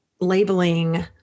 labeling